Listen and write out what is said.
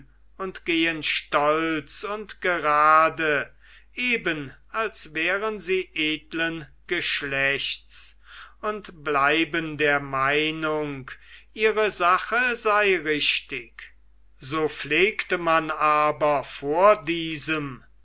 und gehen stolz und gerade eben als wären sie edlen geschlechts und bleiben der meinung ihre sache sei richtig so pflegte man aber vor diesem